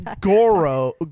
Goro